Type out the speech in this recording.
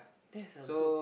that's a good